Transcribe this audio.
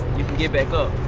get back up.